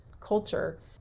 culture